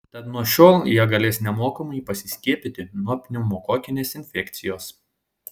tad nuo šiol jie galės nemokamai pasiskiepyti nuo pneumokokinės infekcijos